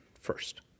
first